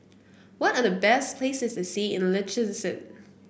what are the best places to see in Liechtenstein